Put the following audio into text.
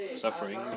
suffering